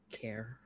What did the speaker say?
care